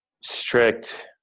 strict